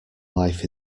life